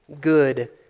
good